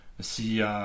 see